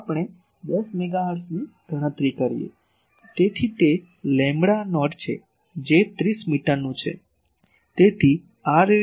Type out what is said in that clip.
ચાલો આપણે 10 મેગાહર્ટ્ઝની ગણતરી કરીએ તેથી તે લેમ્બડાનોટ છે જે 30 મીટરનું હશે